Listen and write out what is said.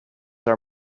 are